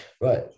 Right